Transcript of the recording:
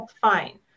fine